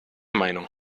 meinung